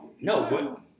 No